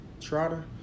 Trotter